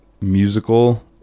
musical